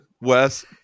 Wes